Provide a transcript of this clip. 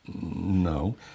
No